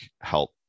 help